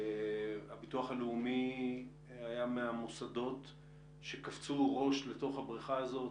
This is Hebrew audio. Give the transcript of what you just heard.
הביטוח הלאומי היה מהמוסדות שקפצו ראש לתוך הבריכה הזאת,